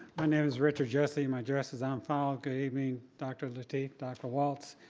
my name is richard jesse, my address is on file. good evening, dr. lateef, dr. walts.